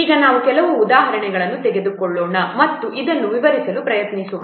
ಈಗ ನಾವು ಕೆಲವು ಉದಾಹರಣೆಗಳನ್ನು ತೆಗೆದುಕೊಳ್ಳೋಣ ಮತ್ತು ಇದನ್ನು ವಿವರಿಸಲು ಪ್ರಯತ್ನಿಸೋಣ